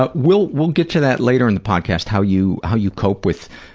ah we'll we'll get to that later in the podcast, how you how you cope with